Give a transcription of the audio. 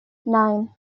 nine